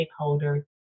stakeholders